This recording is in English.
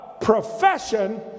profession